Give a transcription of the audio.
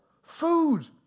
Food